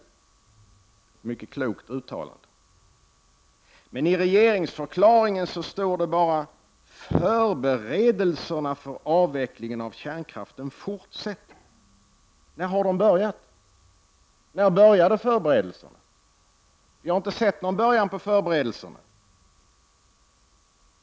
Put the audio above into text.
Det är ett mycket klokt uttalande. Men i regeringsförklaringen står det bara: ”Förberedelserna för avvecklingen av kärnkraften fortsätter”. När började förberedelserna? Jag har inte sett någon början på förberedelserna.